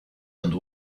and